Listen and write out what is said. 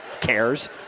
cares